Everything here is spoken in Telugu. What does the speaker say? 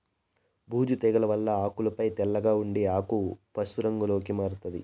బూజు తెగుల వల్ల ఆకులపై తెల్లగా ఉండి ఆకు పశు రంగులోకి మారుతాది